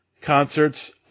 concerts